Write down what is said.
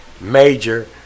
major